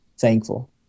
thankful